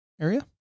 area